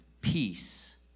peace